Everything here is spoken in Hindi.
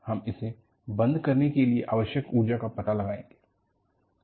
हम उसे बंद करने के लिए आवश्यक ऊर्जा का पता लगाएंगे